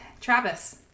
Travis